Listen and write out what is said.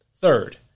Third